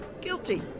Guilty